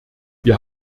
wir